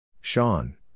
Sean